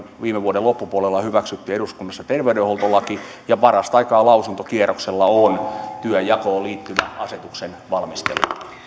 viime vuoden loppupuolella hyväksyttiin eduskunnassa terveydenhuoltolaki ja parastaikaa lausuntokierroksella on työnjakoon liittyvä asetuksen valmistelu